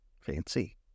Fancy